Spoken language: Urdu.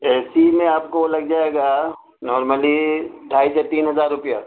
اے سی میں آپ کو لگ جائے گا نارملی ڈھائی سے تین ہزار روپیہ